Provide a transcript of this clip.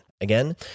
Again